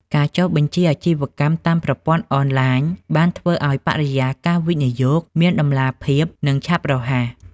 ការចុះបញ្ជីអាជីវកម្មតាមប្រព័ន្ធអនឡាញ បានធ្វើឱ្យបរិយាកាសវិនិយោគមានតម្លាភាព និងឆាប់រហ័ស។